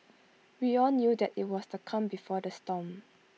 we all knew that IT was the calm before the storm